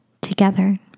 together